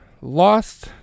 lost